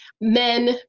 men